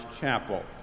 Chapel